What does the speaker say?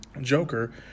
Joker